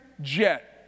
jet